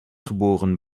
geboren